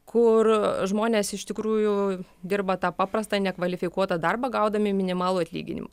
kur žmonės iš tikrųjų dirba tą paprastą nekvalifikuotą darbą gaudami minimalų atlyginimą